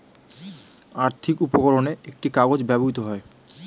আর্থিক উপকরণে একটি কাগজ ব্যবহৃত হয়